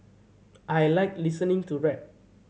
I like listening to rap